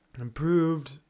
improved